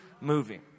moving